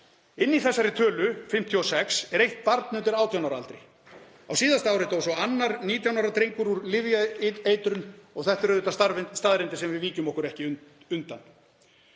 Inni í þessari tölu, 56, er eitt barn undir 18 ára aldri. Á síðasta ári dó svo annar 19 ára drengur úr lyfjaeitrun og þetta eru auðvitað staðreyndir sem við víkjum okkur ekki undan.